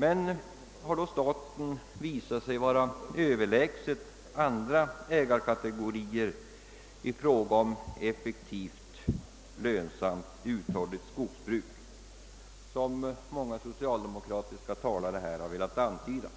Men har då staten visat sig vara överlägsen andra ägarkategorier när det gäller att skapa ett effektivt, uthålligt och lönsamt skogsbruk, något som många socialdemokratiska talare velat antyda?